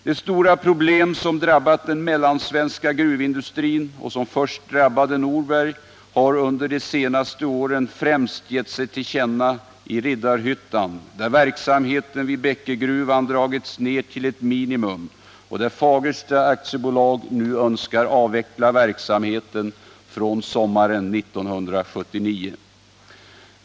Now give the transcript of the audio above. De stora problem som drabbat den mellansvenska gruvindustrin och som först drabbade Norberg har under de senaste åren främst gett sig till känna i Riddarhyttan, där verksamheten vid Bäckegruvan dragits ner till ett minimum och där Fagersta AB nu önskar avveckla verksamheten från sommaren 1979.